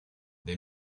they